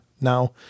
Now